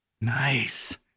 Nice